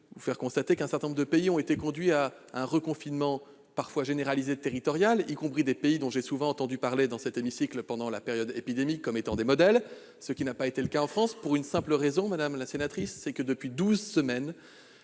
vous faire constater qu'un certain nombre de pays ont été conduits à un reconfinement territorial parfois généralisé, y compris des pays dont j'ai souvent entendu parler dans cet hémicycle, pendant la période épidémique, comme étant des modèles. Si cela n'a pas été le cas en France, c'est pour une simple raison, madame la sénatrice : pendant douze semaines,